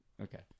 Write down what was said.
Okay